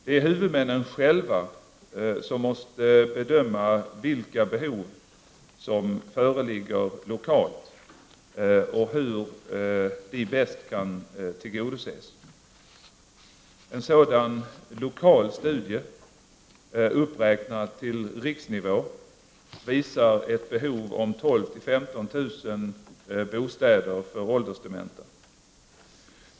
Det är huvudmännen själva som måste bedöma vilka behov som föreligger lokalt och hur de bäst kan tillgodoses. En sådan lokal studie, uppräknad till riksnivå, visar ett behov om 12 000-15 000 bostäder för åldersdementa.